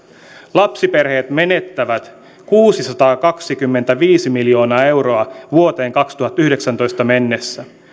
lapsiperheet menettävät kuusisataakaksikymmentäviisi miljoonaa euroa vuoteen kaksituhattayhdeksäntoista mennessä